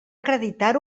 acreditar